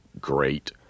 great